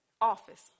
office